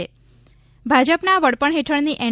ત્ભાજપના વડપણ હેઠળની એન